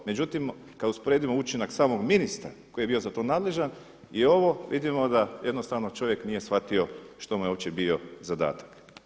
Međutim, kad usporedimo učinak samog ministra koji je bio za to nadležan i ovo vidimo da jednostavno čovjek nije shvatio što mu je uopće bio zadatak.